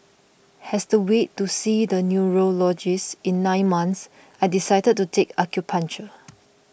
as the wait to see the neurologist in nine months I decided to take acupuncture